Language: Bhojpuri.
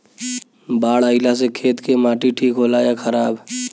बाढ़ अईला से खेत के माटी ठीक होला या खराब?